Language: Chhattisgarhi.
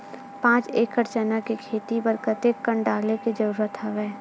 पांच एकड़ चना के खेती बर कते कन डाले के जरूरत हवय?